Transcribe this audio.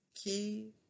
key